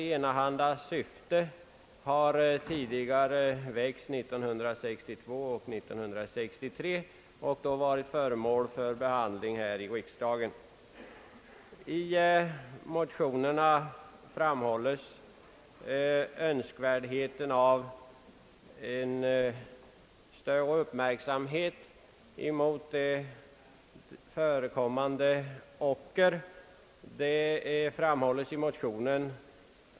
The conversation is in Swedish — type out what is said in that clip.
Denna har tidigare väckts 1962 och 1963 och då varit föremål för behandling här i riksdagen. I motionen framhålls önskvärdheten av större uppmärksamhet mot förekommande ocker.